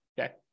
Okay